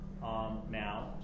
now